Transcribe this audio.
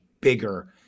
bigger